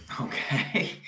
Okay